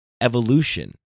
evolution